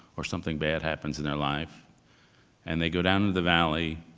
or something bad happens in their life and they go down to the valley,